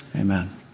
Amen